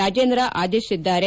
ರಾಜೇಂದ್ರ ಆದೇಶಿಸಿದ್ದಾರೆ